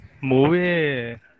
Movie